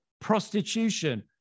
prostitution